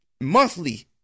monthly